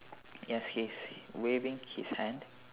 yes he's waving his hand